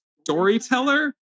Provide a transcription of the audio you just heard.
storyteller